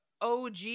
OG